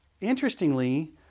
interestingly